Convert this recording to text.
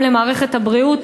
גם למערכת הבריאות,